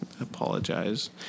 apologize